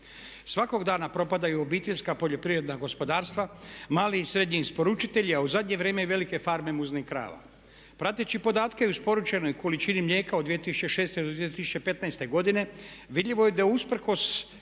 Svakog dana propadaju obiteljska poljoprivredna gospodarstva, mali i srednji isporučitelji a u zadnje vrijeme i velike farme muznih krava. Prateći podatke o isporučenoj količini mlijeka od 2006. do 2015. godine vidljivo je da usprkos